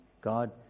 God